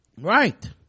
Right